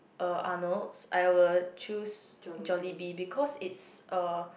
uh Arnold's I would choose Jollibee because it's uh